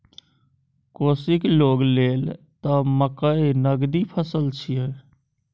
कोशीक लोग लेल त मकई नगदी फसल छियै